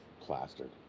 Plastered